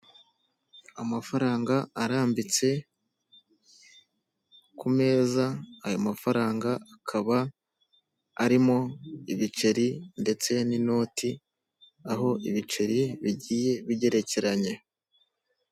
Amafaranga arambitse ku meza ayo mafaranga akaba arimo ibiceri ndetse n'inoti aho ibiceri bigiye bigerekeranye.